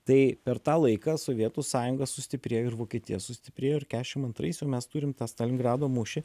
tai per tą laiką sovietų sąjunga sustiprėjo ir vokietija sustiprėjo ir kešim antrais jau mes turim tą stalingrado mūšį